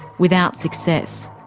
without success.